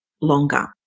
longer